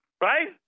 Right